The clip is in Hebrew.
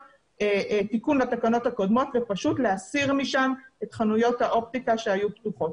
תיקון לתקנות הקודמות ופשוט להסיר משם את חנויות האופטיקה שהיו פתוחות.